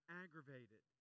aggravated